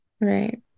Right